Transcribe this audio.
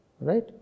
right